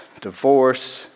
divorce